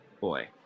boy